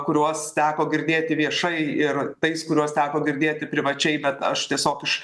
kuriuos teko girdėti viešai ir tais kuriuos teko girdėti privačiai bet aš tiesiog iš